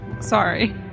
sorry